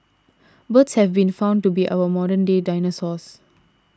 birds have been found to be our modern day dinosaurs